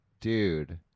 dude